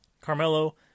Carmelo